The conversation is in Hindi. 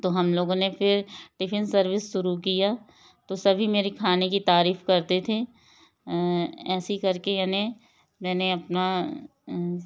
तो हम लोगों ने फिर टिफिन सर्विस शुरू किया तो सभी मेरी खाने की तारीफ करते थे ऐसी करके यानी मैंने अपना